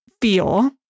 feel